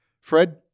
Fred